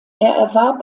erwarb